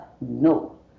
No